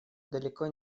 далеко